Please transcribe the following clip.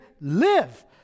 live